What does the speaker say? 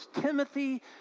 Timothy